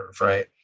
right